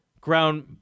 ground